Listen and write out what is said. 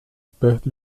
perto